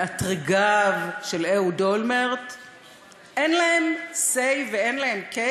מאתרגיו של אהוד אולמרט אין להם say ואין להם case